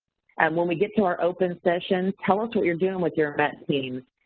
and when we get to our open session, tell us what you're doing with your met team.